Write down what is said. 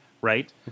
right